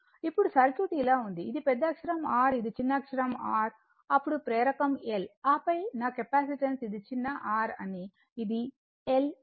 ఇప్పుడు సర్క్యూట్ ఇలా ఉంది ఇది పెద్దఅక్షరం R ఇది చిన్న అక్షరం r అప్పుడు ప్రేరకం L ఆపై నా కెపాసిటెన్స్ ఇది చిన్న r అని ఇది L